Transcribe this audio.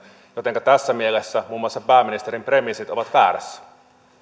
jotenka tässä mielessä muun muassa pääministerin premissit ovat väärässä